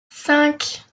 cinq